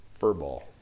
furball